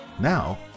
Now